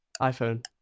iPhone